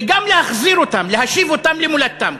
וגם להחזיר אותם, להשיב אותם למולדתם.